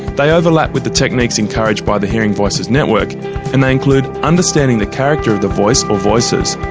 they overlap with the techniques encouraged by the hearing voices network and they include understanding the character of the voice or voices,